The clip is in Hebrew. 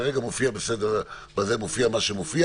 כרגע מופיע מה שמופיע